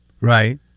Right